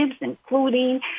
including